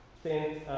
since ah,